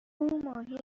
ماهی